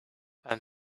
and